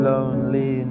Lonely